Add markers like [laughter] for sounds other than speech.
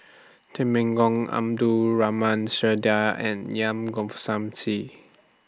Temenggong Abdul Rahman [unintelligible] Dyer and [unintelligible]